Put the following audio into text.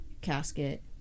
Casket